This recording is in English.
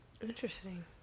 Interesting